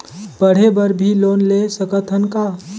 पढ़े बर भी लोन ले सकत हन का?